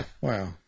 wow